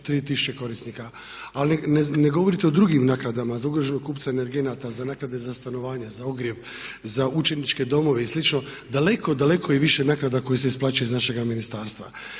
103000 korisnike, ali ne govorite o drugim naknadama za ugroženog kupca energenata, za naknade za stanovanje, za ogrijev, za učeničke domove i slično. Daleko, daleko je više naknada koje se isplaćuju iz našega ministarstva.